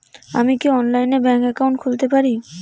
আমি কি অনলাইনে ব্যাংক একাউন্ট খুলতে পারি?